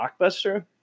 blockbuster